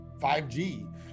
5G